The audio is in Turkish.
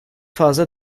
fazla